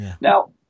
Now